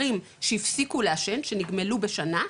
מבוגרים שהפסיקו לעשן, שנגמלו בשנה,